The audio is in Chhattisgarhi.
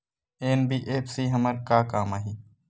एन.बी.एफ.सी हमर का काम आही?